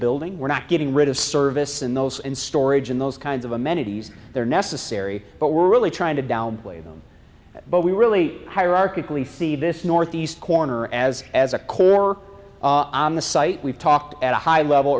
building we're not getting rid of service in those and storage in those kinds of amenities they're necessary but we're really trying to downplay them but we really hierarchically see this northeast corner as as a core on the site we've talked at a high level